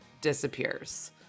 disappears